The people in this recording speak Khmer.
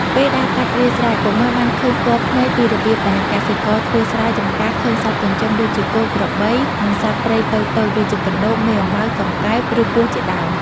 ពេលដើរកាត់វាលស្រែ កុមារបានឃើញផ្ទាល់ភ្នែកពីរបៀបដែលកសិករធ្វើស្រែ ចម្ការ ឃើញសត្វចិញ្ចឹមដូចជាគោ ក្របី និងសត្វព្រៃតូចៗ ដូចជាកណ្ដូប មេអំបៅ កង្កែប ឬពស់ជាដើម។